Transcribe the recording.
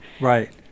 Right